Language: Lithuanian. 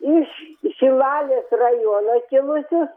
iš šilalės rajono kilusi